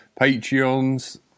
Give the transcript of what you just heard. Patreons